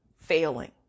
failing